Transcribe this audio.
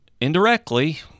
indirectly